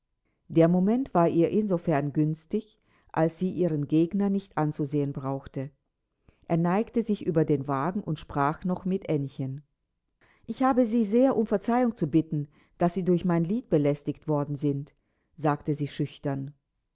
der moment war ihr insofern günstig als sie ihren gegner nicht anzusehen brauchte er neigte sich über den wagen und sprach noch mit aennchen ich habe sie sehr um verzeihung zu bitten daß sie durch mein lied belästigt worden sind sagte sie schüchtern